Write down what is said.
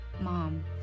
mom